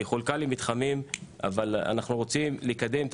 היא חולקה למתחמים אבל אנחנו רוצים לקדם את